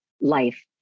life